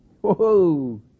Whoa